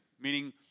meaning